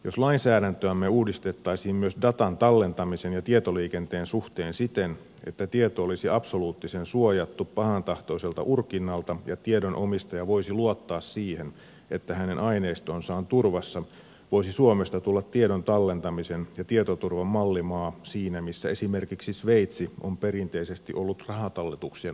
jos lainsäädäntöämme uudistettaisiin myös datan tallentamisen ja tietoliikenteen suhteen siten että tieto olisi absoluuttisen suojattu pahantahtoiselta urkinnalta ja tiedon omistaja voisi luottaa siihen että hänen aineistonsa on turvassa voisi suomesta tulla tiedon tallentamisen ja tietoturvan mallimaa siinä missä esimerkiksi sveitsi on perinteisesti ollut rahatalletuksien osalta sellainen